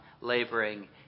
laboring